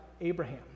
Abraham